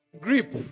grip